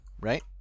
right